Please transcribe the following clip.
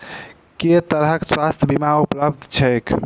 केँ तरहक स्वास्थ्य बीमा उपलब्ध छैक?